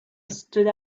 stood